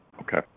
Okay